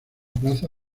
plaza